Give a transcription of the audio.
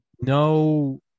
no